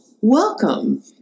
welcome